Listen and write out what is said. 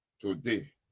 today